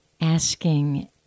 asking